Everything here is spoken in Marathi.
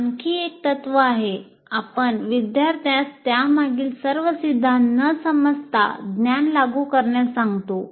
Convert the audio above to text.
आणखी एक तत्व आहे आपण विद्यार्थ्यास त्यामागील सर्व सिद्धांत न समजता ज्ञान लागू करण्यास सांगतो